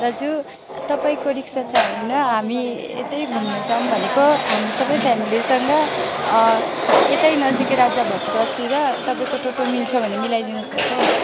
दाजु तपाईँको रिक्सा छ होइन हामी यतै घुम्नु जाऊँ भनेको हामी सबै फ्यामिलीसँग यतै नजिकै राजा भातखावातिर तपाईँको टोटो मिल्छ भने मिलाइदिनु सक्छ